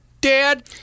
dad